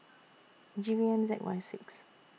G V M Z Y six